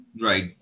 right